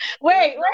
Wait